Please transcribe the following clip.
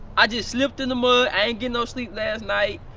i just slipped in the mud. i ain't get no sleep last night.